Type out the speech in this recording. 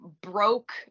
broke